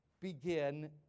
begin